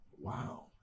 Wow